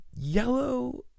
Yellow